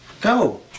Go